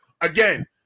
again